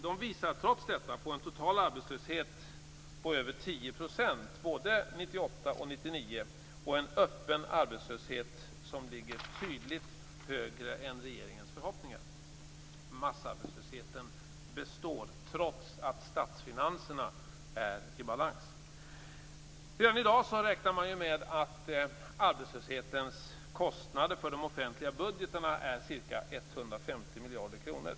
De visar trots detta på en total arbetslöshet på över 10 % både 1998 och 1999 och en öppen arbetslöshet som ligger tydligt högre än regeringens förhoppningar. Massarbetslösheten består trots att statsfinanserna är i balans. Redan i dag räknar man med att arbetslöshetens kostnader för de offentliga budgeterna är ca 150 miljarder kronor.